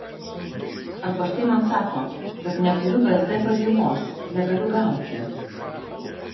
arba štai man sako kad neturiu vsd pažymos negaliu gauti